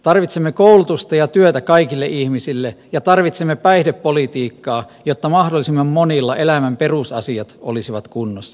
tarvitsemme koulutusta ja työtä kaikille ihmisille ja tarvitsemme päihdepolitiikkaa jotta mahdollisimman monilla elämän perusasiat olisivat kunnossa